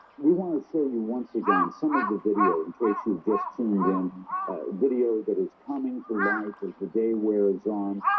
we want to show you once again some of the video in case you've just tuned in video that is coming to life as the day wears on